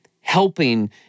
helping